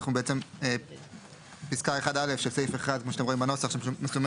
אנחנו בעצם פסקה 1א' של סעיף אחד כמו שאתם רואים בנוסח שמסומנת